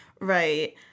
Right